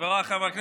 חבריי חברי הכנסת,